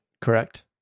correct